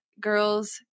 girls